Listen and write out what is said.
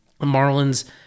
Marlins